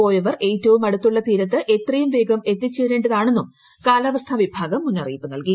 പോയവർ ഏറ്റവും അടുത്തുള്ള തീരത്ത് എത്രിയൂം വേഗം എത്തിച്ചേരേണ്ടതാണെന്നും കാലാവസ്ഥാ വിഭാഗം മുന്ന്റിയിപ്പ് നൽകി